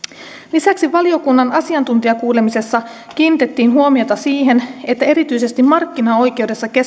lisäksi valiokunnan asiantuntijakuulemisessa kiinnitettiin huomiota siihen että erityisesti markkinaoikeudessa